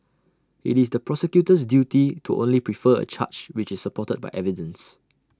IT is the prosecutor's duty to only prefer A charge which is supported by evidence